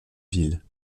ville